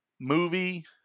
movie